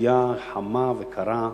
בשתייה חמה וקרה,